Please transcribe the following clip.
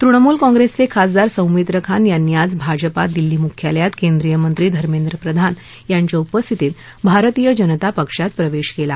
तृणमूल काँग्रेसचे खासदार सौमित्र खान यांनी आज भाजपा दिल्ली मुख्यालयात केंद्रीय मंत्री धर्मेंद्र प्रधान यांच्या उपस्थितीत भारतीय जनता पक्षात प्रवेश केला